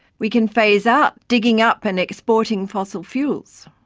we can phase out digging up and exporting fossil fuels.